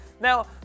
Now